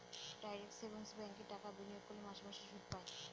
direct savings ব্যাঙ্কে টাকা বিনিয়োগ করলে মাসে মাসে সুদ পায়